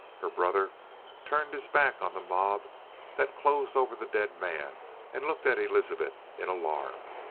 her brother turned his back on the mob that closed over the dead man and looked at elizabeth in alarm.